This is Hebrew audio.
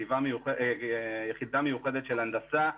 יחידה מיוחדת של הנדסה,